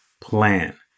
plan